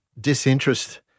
disinterest